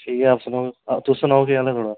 ठीक ऐ आप सनाओ तुस सनाओ केह् हाल ऐ थुआढ़ा